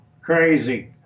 Crazy